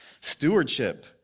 Stewardship